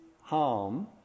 harm